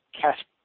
cash